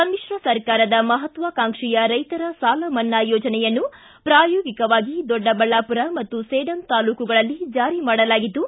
ಸಮ್ಮಿಶ್ರ ಸರ್ಕಾರದ ಮಹತ್ವಾಕಾಂಕ್ಷಿಯ ರೈತರ ಸಾಲ ಮನ್ನಾ ಯೋಜನೆಯನ್ನು ಪ್ರಾಯೋಗಿಕವಾಗಿ ದೊಡ್ಡಬಳ್ಳಾಪುರ ಮತ್ತು ಸೇಡಂ ತಾಲೂಕುಗಳಲ್ಲಿ ಜಾರಿ ಮಾಡಲಾಗಿದ್ದು